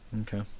Okay